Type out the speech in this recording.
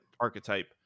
archetype